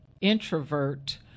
introvert